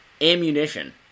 ammunition